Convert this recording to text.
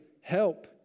help